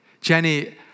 Jenny